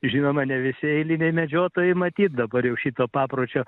žinoma ne visi eiliniai medžiotojai matyt dabar jau šito papročio